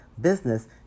business